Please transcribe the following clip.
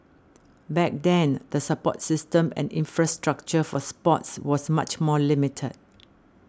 back then the support system and infrastructure for sports was much more limited